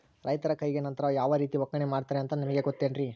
ರೈತರ ಕೈಗೆ ನಂತರ ಯಾವ ರೇತಿ ಒಕ್ಕಣೆ ಮಾಡ್ತಾರೆ ಅಂತ ನಿಮಗೆ ಗೊತ್ತೇನ್ರಿ?